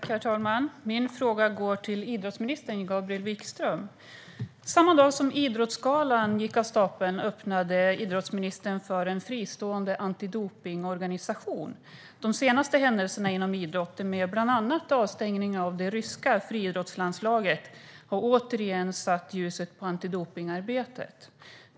Herr talman! Min fråga går till idrottsminister Gabriel Wikström. Samma dag som idrottsgalan gick av stapeln öppnade idrottsministern för en fristående antidopningsorganisation. De senaste händelserna inom idrotten med bland annat avstängningen av det ryska friidrottslandslaget har återigen satt ljuset på antidopningsarbetet.